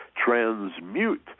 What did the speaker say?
transmute